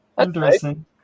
Interesting